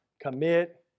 commit